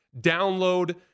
download